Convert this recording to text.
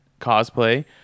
cosplay